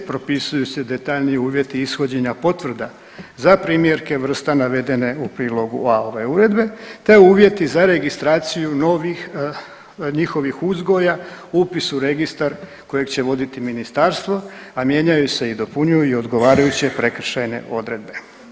Propisuju se detaljniji uvjeti ishođenja potvrda za primjerke vrsta navedene u prilogu A ove uredbe, te uvjeti za registraciju novih njihovih uzgoja, upis u registar kojeg će voditi ministarstvo, a mijenjaju se i dopunjuju i odgovarajuće prekršajne odredbe.